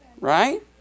Right